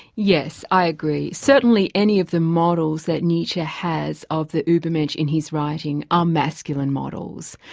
yes, i agree. certainly any of the models that nietzsche has of the ubermensch in his writing are masculine models,